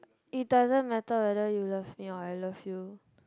it doesn't matter whether you love me or I love you